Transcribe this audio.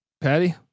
Patty